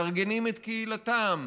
מארגנים את קהילתם,